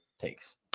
takes